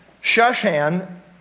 Shushan